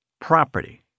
property